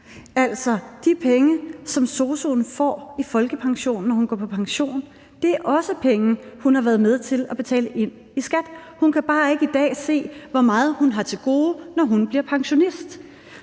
Altså, de penge, som sosu'en får i folkepension, når hun går på pension, er også penge, som hun har været med til at betale ind i skat. Hun kan bare ikke i dag se, hvor meget hun har til gode, når hun bliver pensionist.